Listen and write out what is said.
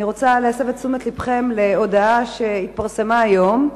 אני רוצה להסב את תשומת לבכם להודעה שהתפרסמה היום,